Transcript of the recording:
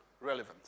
relevant